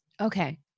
Okay